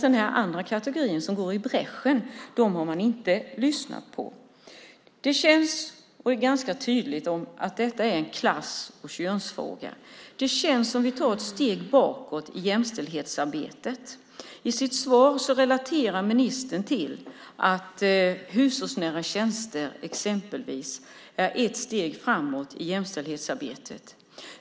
Den andra kategorin, som går i bräschen, har man inte lyssnat på. Det är ganska tydligt att detta är en klass och könsfråga. Det känns som att vi tar ett steg bakåt i jämställdhetsarbetet. I sitt svar relaterar ministern till att hushållsnära tjänster exempelvis är ett steg framåt i jämställdhetsarbetet.